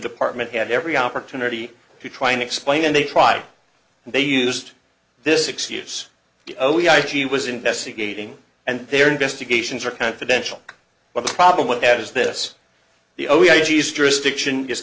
department had every opportunity to try and explain and they tried and they used this six years she was investigating and their investigations are confidential but the problem with that is this the